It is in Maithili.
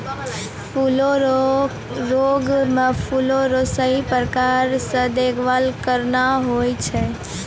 फूलो रो रोग मे फूलो रो सही प्रकार से देखभाल करना हुवै छै